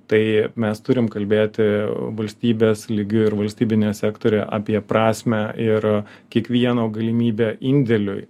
tai mes turim kalbėti valstybės lygiu ir valstybiniam sektoriuje apie prasmę ir kiekvieno galimybę indėliui